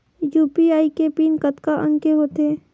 UPI के pin कतका अंक के होथे?